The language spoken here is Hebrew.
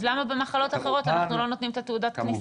אז למה במחלות אחרות אנחנו לא נותנים את תעודת הכניסה הזאת?